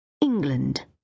England